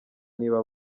niba